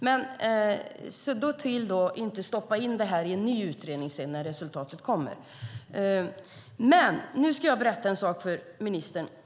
Se då till att inte stoppa in det här i en ny utredning när resultatet kommer! Nu ska jag berätta en sak för ministern.